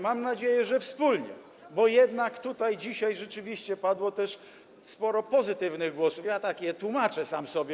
mam nadzieję, że wspólnie, bo jednak tutaj dzisiaj rzeczywiście padło też sporo pozytywnych głosów, tak je tłumaczę sam sobie.